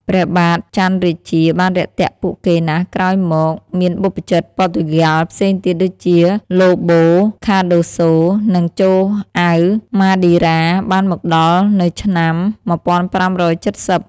ព្រះបាទចន្ទរាជាបានរាក់ទាក់ពួកគេណាស់ ក្រោយមក មានបព្វជិតព័រទុយហ្គាល់ផ្សេងទៀតដូចជា ឡូប៉ូ ខាដូសូ និង ចូអៅ ម៉ាឌីរ៉ា បានមកដល់នៅឆ្នាំ ១៥៧០។